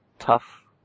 tough